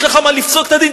יש לך מה לפסוק את הדין,